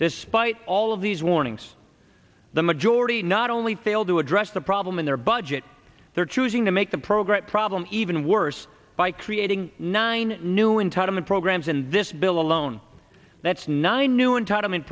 this spite all of these warnings the majority not only failed to address the problem in their budget they're choosing to make the program problem even worse by creating nine new entitlement programs in this bill alone that's nine new entitlement